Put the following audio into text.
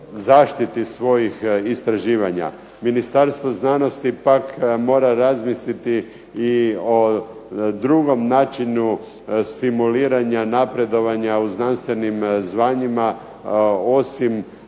zaštiti svojih istraživanja. Ministarstvo znanosti mora razmisliti o drugom načinu stimuliranja, napredovanja u znanstvenim znanjima osim